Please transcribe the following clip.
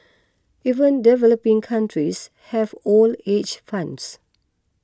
even developing countries have old age funds